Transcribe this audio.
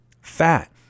fat